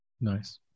Nice